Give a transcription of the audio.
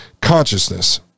consciousness